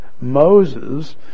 Moses